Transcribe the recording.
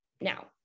Now